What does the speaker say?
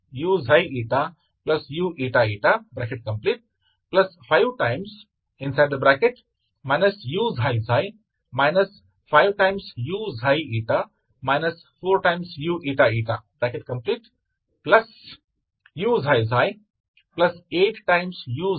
तो आपका uxy क्या है वैसे ही आप uyy प्राप्त कर सकते हैंuyy∂y∂u∂y4∂u4∂uतो यह uyyuξ ξ 8uξ η16uηη हो जाता है AB2प्रकार की तरह है ठीक है